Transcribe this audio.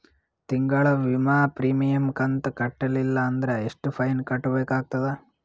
ತಿಂಗಳ ವಿಮಾ ಪ್ರೀಮಿಯಂ ಕಂತ ಕಟ್ಟಲಿಲ್ಲ ಅಂದ್ರ ಎಷ್ಟ ಫೈನ ಕಟ್ಟಬೇಕಾಗತದ?